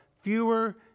fewer